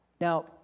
Now